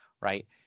right